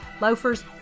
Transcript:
Loafers